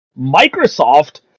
Microsoft